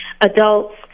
adults